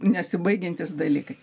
nesibaigiantys dalykai